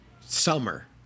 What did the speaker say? summer